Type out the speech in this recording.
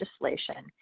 legislation